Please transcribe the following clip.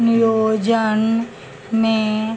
नियोजनमे